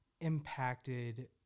impacted